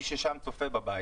מי שצופה בבית,